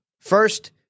First